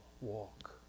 walk